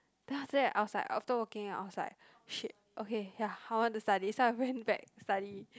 then after that I was like after working I was like !shit! okay ya I want to study so I went back to study